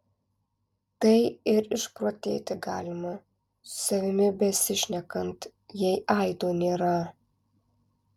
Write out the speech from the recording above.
tai ir išprotėti galima su savimi besišnekant jei aido nėra